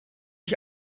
ich